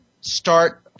start